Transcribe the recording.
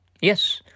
Yes